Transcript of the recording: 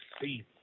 see